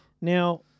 Now